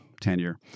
tenure